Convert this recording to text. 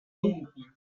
home